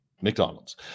McDonald's